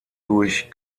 durch